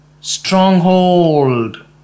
stronghold